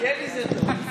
מלכיאלי זה טוב,